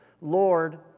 Lord